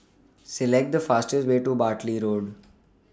Select The fastest Way to Bartley Road